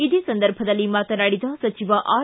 ಇದೇ ಸಂದರ್ಭದಲ್ಲಿ ಮಾತನಾಡಿದ ಸಚಿವ ಆರ್